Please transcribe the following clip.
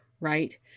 right